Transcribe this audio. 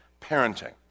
parenting